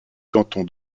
canton